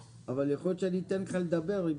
הצבעה סעיף 85(63) אושר רגע יש לי רק לחדד לגבי סעיף